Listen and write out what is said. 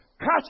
catch